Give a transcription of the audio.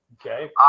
okay